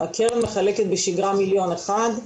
הקרן מחלקת בשגרה מיליון אחד.